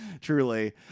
truly